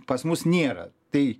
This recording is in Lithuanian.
pas mus nėra tai